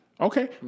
Okay